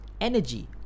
energy